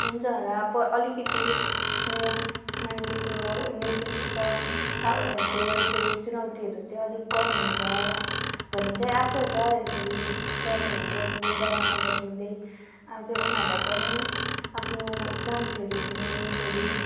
हुन्छ होला प अलिकति यो मान्छेको नर्तकी अब उनीहरूको यसरी चुनौतीहरू चाहिँ अलिक कम हुन्छ भन्ने चाहिँ आसा छ यसरी समयहरू बद्लिँदै जमाना बद्लिँदै अब चाहिँ उनीहरूलाई पनि आफ्नो चान्सहरू दिने यसरी